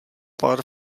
pár